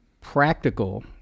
practical